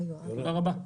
תודה רבה.